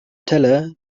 teller